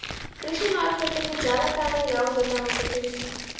ಕೃಷಿ ಮಾರುಕಟ್ಟೆಗೆ ಜಾಲತಾಣ ಯಾವುದೆಲ್ಲ ಉಂಟು ತಿಳಿಸಿ